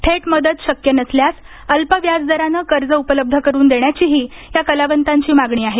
थेट मदत शक्य नसल्यास अल्प व्याज दरानं कर्ज उपलब्ध करून देण्याचीही या कलावंतांची मागणी आहे